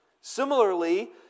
Similarly